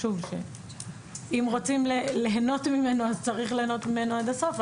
אם רוצים ליהנות ממנו אז צריך ליהנות ממנו עד הסוף,